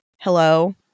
hello